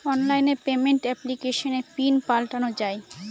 online payment এপ্লিকেশনে PIN পাল্টানো যায়